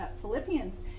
Philippians